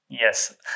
yes